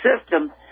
system